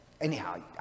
anyhow